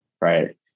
right